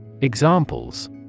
Examples